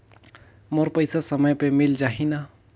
मोर पइसा समय पे मिल जाही न?